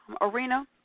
arena